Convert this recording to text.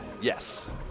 yes